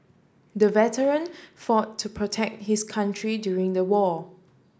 the veteran fought to protect his country during the war